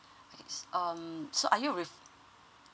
okay um so are you with